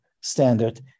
standard